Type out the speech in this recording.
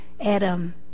Adam